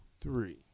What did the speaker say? three